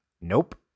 Nope